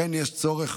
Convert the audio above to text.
יש צורך